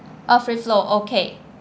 ah free flow okay